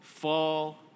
Fall